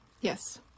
Yes